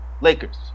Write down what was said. Lakers